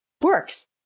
works